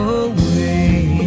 away